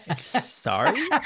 Sorry